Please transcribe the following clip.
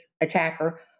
attacker